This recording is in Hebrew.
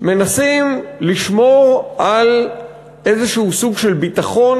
מנסים לשמור על איזשהו סוג של ביטחון